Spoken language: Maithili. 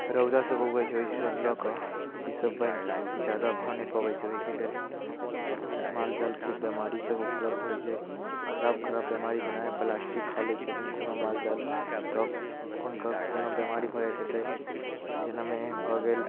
रौदा सब उगै छै ओइसब लऽ कऽ ई सब जादा भऽ नहि पबै छै ओहीके लेल माल जालके बीमारी सब उपलब्ध होइ छै खराब खराब बीमारी जेनाही प्लास्टिक खा लै छथिन कोनो माल जाल तब हुनका कोनो बीमारी भऽ जाइत हेतै जेनामे भऽ गेल